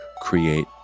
create